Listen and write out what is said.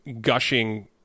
gushing